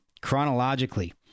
chronologically